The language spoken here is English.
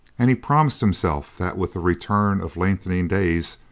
and he promised himself that with the return of lengthening days,